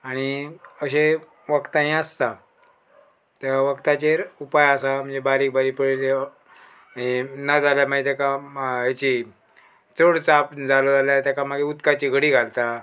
आणी अशें वकदां हें आसता त्या वकदाचेर उपाय आसा म्हणजे बारीक बारीक पळय तें हें ना जाल्यार मागीर तेका हेची चड चाप जालो जाल्यार तेका मागीर उदकाची घडी घालता